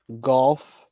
golf